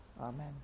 Amen